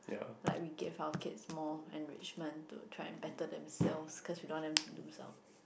like we give our kids more enrichment to try and better themselves because we don't want them to lose out